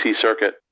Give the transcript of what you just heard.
circuit